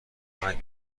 کمک